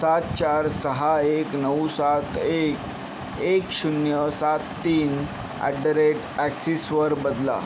सात चार सहा एक नऊ सात एक एक शून्य सात तीन ॲट द रेट ॲक्सिसवर बदला